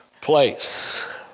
place